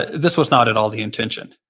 this was not at all the intention.